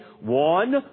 one